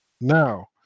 Now